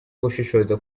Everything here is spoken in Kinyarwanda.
gushishoza